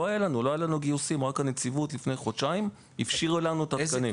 לא היה לנו גיוסים ורק הנציבות לפני חודשיים הפשירה לנו את התקנים.